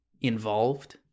Involved